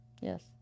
Yes